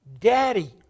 daddy